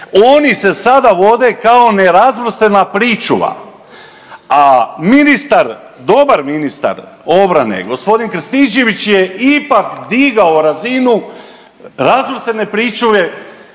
oni se sada vode kao nerazvrstana pričuva, a ministar dobar ministar obrane g. Krstičević je ipak digao razinu razvrstane pričuve.